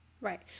Right